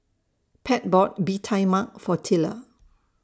Pat bought Bee Tai Mak For Tilla